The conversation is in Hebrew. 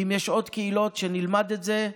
ואם יש עוד קהילות שנלמד את זה.